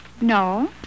No